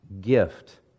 gift